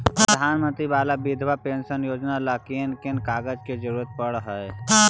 प्रधानमंत्री बाला बिधवा पेंसन योजना ल कोन कोन कागज के जरुरत पड़ है?